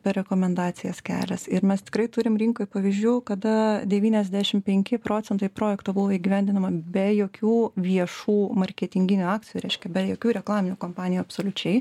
per rekomendacijas kelias ir mes tikrai turim rinkoj pavyzdžių kada devyniasdešim penki procentai projekto buvo įgyvendinama be jokių viešų marketinginių akcijų reiškia be jokių reklaminių kampanijų absoliučiai